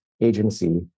agency